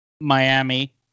Miami